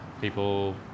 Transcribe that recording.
people